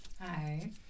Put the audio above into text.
Hi